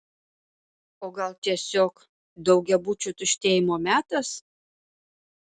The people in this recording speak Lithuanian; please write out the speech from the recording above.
o gal tiesiog daugiabučių tuštėjimo metas